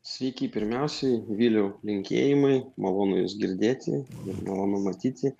sveiki pirmiausiai viliau linkėjimai malonu jus girdėti ir malonu matyti